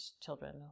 children